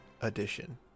edition